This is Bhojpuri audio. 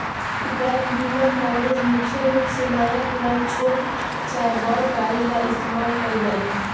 गैप बीमा कवरेज मुख्य रूप से नया पुरान, छोट चाहे बड़ गाड़ी ला इस्तमाल कईल जाला